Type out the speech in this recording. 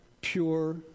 pure